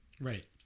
Right